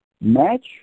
match